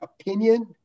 opinion